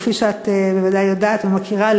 כפי שאת ודאי יודעת ומכירה,